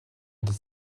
des